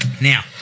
Now